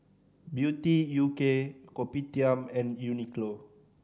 Beauty U K Kopitiam and Uniqlo